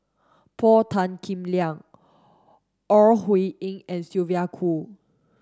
Paul Tan Kim Liang Ore Huiying and Sylvia Kho